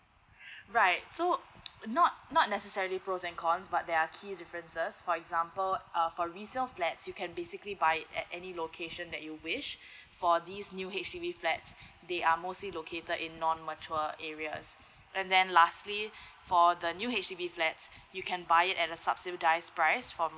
right so not not necessarily pros and cons but there are kids differences for example uh for resale flat you can basically buy it at any location that you wish for this new H_D_B flat they are mostly located in non mature areas and then lastly for the new H_D_B flats you can buy it at a subsidise price from